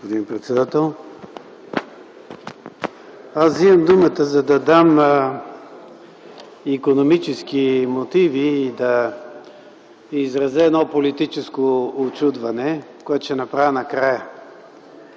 господин председател. Аз вземам думата, за да дам икономически мотиви и да изразя политическо учудване, което ще направя накрая.